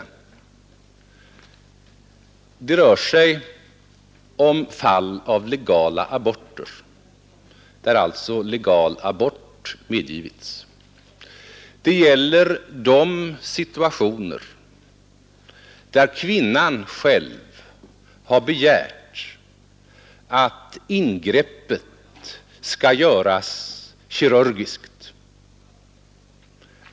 Det rör sig om fall där legal abort medgivits. Det gäller de situationer där kvinnan själv har begärt att ingreppet skall göras kirurgiskt.